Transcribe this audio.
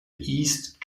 east